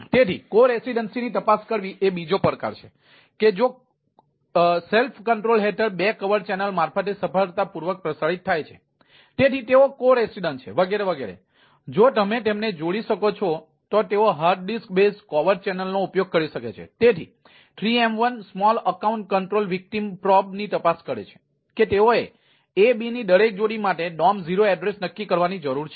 તેથી કો રેસીડેન્સીની તપાસ કરે છે કે તેઓએ A Bની દરેક જોડી માટે ડોમ0 એડ્રેસ નક્કી કરવાની જરૂર છે